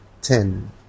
ten